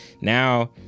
Now